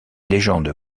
légendes